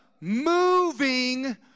moving